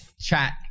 chat